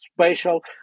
spatial